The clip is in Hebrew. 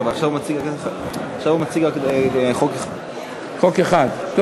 חוק אחד.